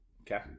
Okay